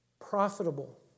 profitable